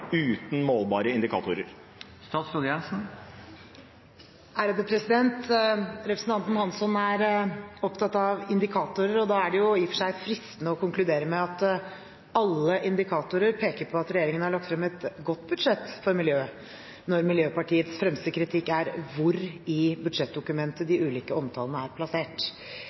uten målbare indikatorer?» Representanten Hansson er opptatt av indikatorer. Da er det i og for seg fristende å konkludere med at alle indikatorer peker på at regjeringen har lagt frem et godt budsjett for miljøet når Miljøpartiet De Grønnes fremste kritikk er hvor i budsjettdokumentet de ulike omtalene er plassert.